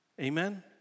Amen